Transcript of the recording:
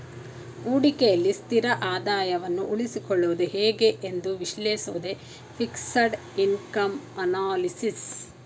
ಹೂಡಿಕೆಯಲ್ಲಿ ಸ್ಥಿರ ಆದಾಯವನ್ನು ಉಳಿಸಿಕೊಳ್ಳುವುದು ಹೇಗೆ ಎಂದು ವಿಶ್ಲೇಷಿಸುವುದೇ ಫಿಕ್ಸೆಡ್ ಇನ್ಕಮ್ ಅನಲಿಸಿಸ್